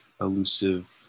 elusive